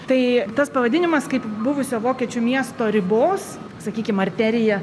tai tas pavadinimas kaip buvusio vokiečių miesto ribos sakykim arterija